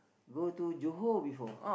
go to Johor before